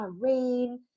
Rain